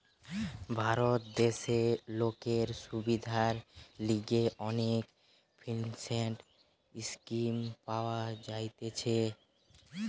ভারত দেশে লোকের সুবিধার লিগে অনেক ফিন্যান্স স্কিম পাওয়া যাইতেছে